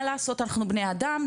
מה לעשות אנחנו בני אדם,